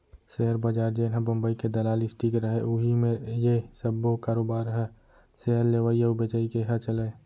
share बजार जेनहा बंबई के दलाल स्टीक रहय उही मेर ये सब्बो कारोबार ह सेयर लेवई अउ बेचई के ह चलय